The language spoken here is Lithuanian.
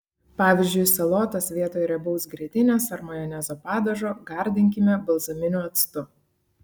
pavyzdžiui salotas vietoj riebaus grietinės ar majonezo padažo gardinkime balzaminiu actu